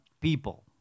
people